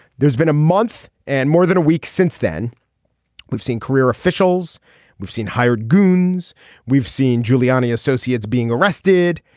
there's been a month and more than a week since then we've seen career officials we've seen hired goons we've seen giuliani associates being arrested.